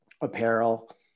apparel